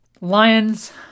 Lions